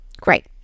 Great